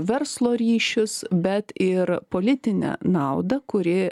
verslo ryšius bet ir politinę naudą kuri